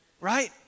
right